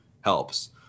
helps